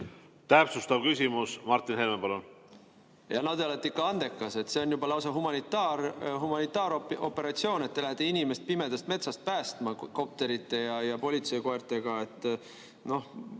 Täpsustav küsimus. Martin Helme, palun! No te olete ikka andekas. See on juba lausa humanitaaroperatsioon, et te lähete inimest pimedast metsast päästma kopterite ja politseikoertega.